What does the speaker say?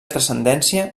transcendència